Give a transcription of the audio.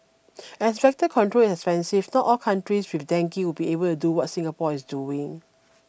as vector control is expensive not all countries with dengue would be able to do what Singapore is doing